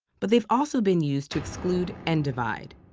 but they've also been used to exclude and divide.